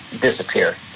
disappear